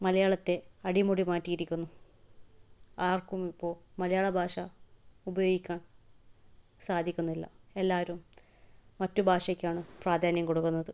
മലയാളത്തെ അടിമുടി മാറ്റിയിരിക്കുന്നു ആർക്കും ഇപ്പോൾ മലയാള ഭാഷ ഉപയോഗിക്കാൻ സാധിക്കുന്നില്ല എല്ലാവരും മറ്റ് ഭാഷയ്ക്കാണ് പ്രാധാന്യം കൊടുക്കുന്നത്